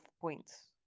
points